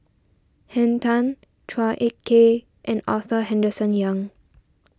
Henn Tan Chua Ek Kay and Arthur Henderson Young